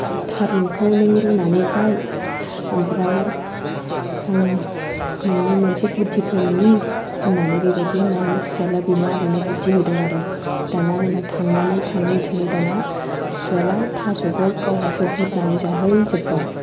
थारुनखौ नों रुनानै गाय ओमफ्राय आं नोंनो मोनसे बुद्धि फोरोंनि होन्नानै बेबायदि होन्नानै सियाला बेनो आबौनो बुद्धि होदों आरो दाना उनाव थांनानै थाङै थुङै दाना सियाला थास'खौ गावहासो बुरनानै जाहैजोब्बाय